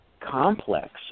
complex